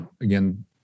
again